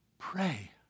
Pray